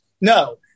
No